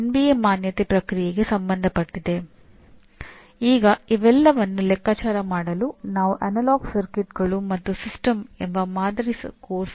ಕೆಲವು ಮಾನದಂಡಗಳನ್ನು ಪೂರೈಸುತ್ತದೆ ಎಂದು ನೀವು ಹೇಳಿದಾಗ ನೀವು ಕನಿಷ್ಠ ಅವಶ್ಯಕತೆಗಳ ಬಗ್ಗೆ ಮಾತನಾಡುತ್ತಿದ್ದೀರಿ